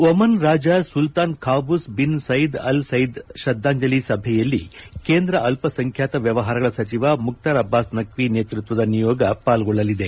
Oman ರಾಜ Sultan Qaboos bin Said al Said ಶ್ರದ್ದಾಂಜಲಿ ಸಭೆಯಲ್ಲಿ ಕೇಂದ್ರ ಅಲ್ಪ ಸಂಖ್ಯಾತ ವ್ವವಹಾರಗಳ ಸಚಿವ ಮುಖ್ಗಾರ್ ಅಬ್ಲಾಸ್ ನಖ್ನಿ ನೇತೃತ್ವದ ನಿಯೋಗ ಪಾಲ್ಗೊಳ್ಲಲಿದೆ